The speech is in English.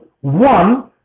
one